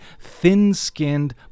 thin-skinned